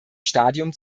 stadium